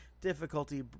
difficulty